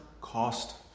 cost